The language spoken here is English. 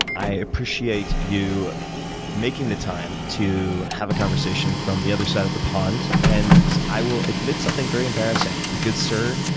i appreciate you making the time to have a conversation from the other side of the pond. and i will admit something very embarrassing. the good sir,